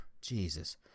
Jesus